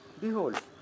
Behold